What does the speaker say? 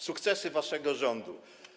Sukcesy waszego rządu.